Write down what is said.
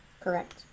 correct